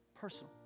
personal